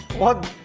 what.